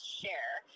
share